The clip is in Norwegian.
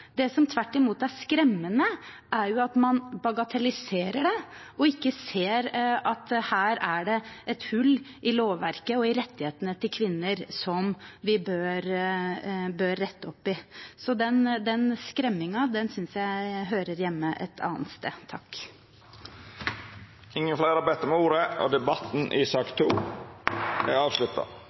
Det som tvert imot er skremmende, er at man bagatelliserer det og ikke ser at det her er et hull i lovverket og i rettighetene til kvinner, som vi bør rette opp i. Den «skremmingen» synes jeg hører hjemme et annet sted. Fleire har ikkje bedt om ordet til sak nr. 2. Etter ønske frå helse- og